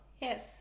yes